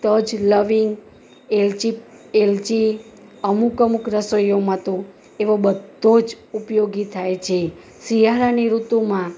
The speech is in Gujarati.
તજ લવિંગ એલચી એલચી અમુક અમુક રસોઈઓમાં તો એવો બધો જ ઉપયોગી થાય છે શિયાળાની ઋતુમાં